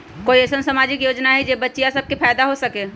कोई अईसन सामाजिक योजना हई जे से बच्चियां सब के फायदा हो सके?